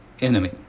enemy